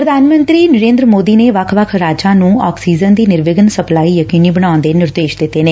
ਪੁਧਾਨ ਮੰਤਰੀ ਨਰੇਂਦਰ ਮੋਦੀ ਨੇ ਵੱਖ ਵੱਖ ਰਾਜਾਂ ਨੰ ਆਕਸੀਜਨ ਦੀ ਨਿਰਵਿਘਨ ਸਪਲਾਈ ਯਕੀਨੀ ਬਣਾਉਣ ਦੇ ਨਿਰਦੇਸ਼ ਦਿੱਤੇ ਨੇ